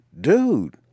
dude